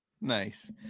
Nice